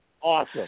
Awesome